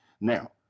now